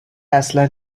اصلا